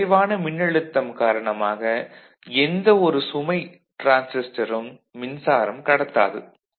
இந்த குறைவான மின்னழுத்தம் காரணமாக எந்த ஒரு சுமை டிரான்சிஸ்டரும் மின்சாரம் கடத்தாது